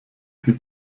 sie